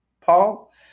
Paul